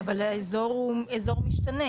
אבל האזור הוא אזור משתנה.